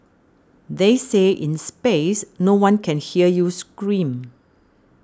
they say in space no one can hear you scream